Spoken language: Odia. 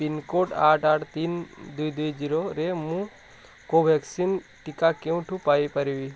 ପିନ୍କୋଡ୍ ଆଠ ଆଠ ତିନି ଦୁଇ ଦୁଇ ଜିରୋରେ ମୁଁ କୋଭ୍ୟାକ୍ସିନ୍ ଟିକା କେଉଁଠୁ ପାଇପାରିବି